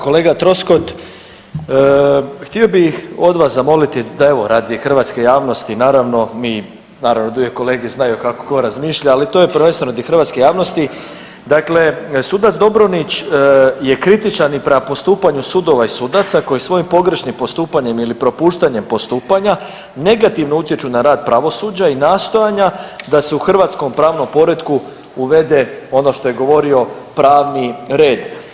Kolega Troskot, htio bih od vas zamoliti da evo radi hrvatske javnosti naravno mi naravno druge kolege znaju kako ko razmišlja, ali to je prvenstveno radi hrvatske javnosti, dakle sudac Dobronić je kritičan i prema postupanju sudova i sudaca koji svojim pogrešnim postupanjem ili propuštanjem postupanja negativno utječu na rad pravosuđa i nastojanja da se u hrvatskom pravom poretku uvede ono što je govorio pravni red.